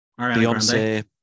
Beyonce